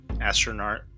Astronaut